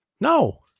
no